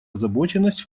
озабоченность